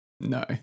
No